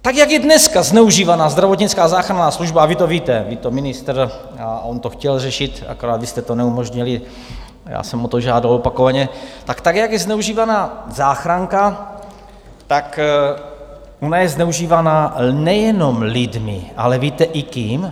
Tak, jak je dneska zneužívána zdravotnická záchranná služba a vy to víte, ví to ministr, on to chtěl řešit, akorát vy jste to neumožnili, já jsem o to žádal opakovaně tak, jak je zneužívána záchranka, tak ona je zneužívána nejenom lidmi, ale víte i kým?